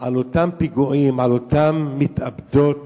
על אותם פיגועים, על אותן מתאבדות